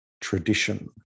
tradition